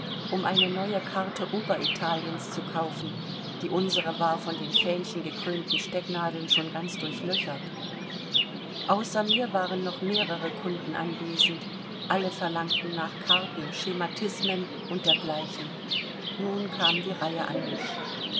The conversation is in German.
um eine neue karte oberitaliens zu kaufen die unsere war von den fähnchengekrönten stecknadeln schon ganz durchlöchert außer mir waren noch mehrere kunden anwesend alle verlangten nach karten schematismen und dergleichen nun kam die reihe an mich